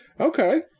okay